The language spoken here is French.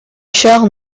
chars